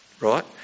right